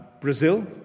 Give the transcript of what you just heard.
Brazil